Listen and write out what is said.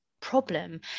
problem